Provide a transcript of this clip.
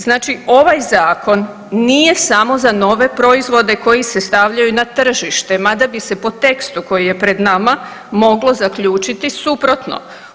Znači ovaj zakon nije samo za nove proizvode koji se stavljaju na tržište, mada bi se po tekstu koji je pred nama moglo zaključiti suprotno.